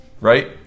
right